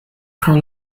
pro